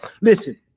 Listen